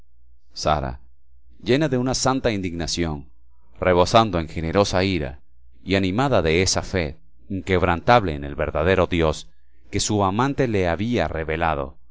sara llena de una santa indignación rebosando en generosa ira y animada de esa fe inquebrantable en el verdadero dios que su amante le había revelado